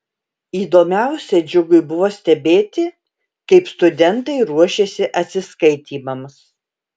įdomiausia džiugui buvo stebėti kaip studentai ruošiasi atsiskaitymams